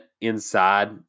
inside